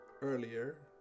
earlier